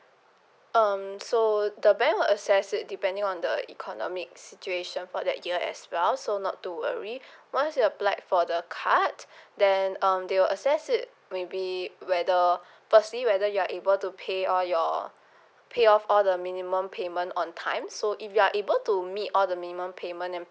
um so the bank will assess it depending on the economic situation for that year as well so not to worry once you applied for the card then um they'll assess it maybe whether firstly whether you're able to pay all your pay off all the minimum payment on time so if you are able to meet all the minimum payment and